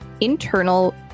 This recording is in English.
internal